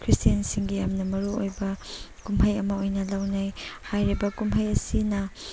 ꯈ꯭ꯔꯤꯁꯇꯦꯟꯁꯤꯡꯒꯤ ꯌꯥꯝꯅ ꯃꯔꯨꯑꯣꯏꯕ ꯀꯨꯝꯍꯩ ꯑꯃ ꯑꯣꯏꯅ ꯂꯧꯅꯩ ꯍꯥꯏꯔꯤꯕ ꯀꯨꯝꯍꯩ ꯑꯁꯤꯅ